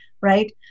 right